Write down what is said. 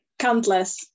countless